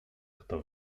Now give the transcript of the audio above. kto